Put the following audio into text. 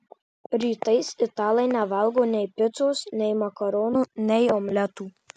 rytais italai nevalgo nei picos nei makaronų nei omletų